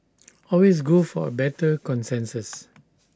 always go for A better consensus